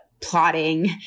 plotting